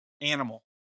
animal